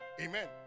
Amen